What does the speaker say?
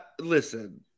listen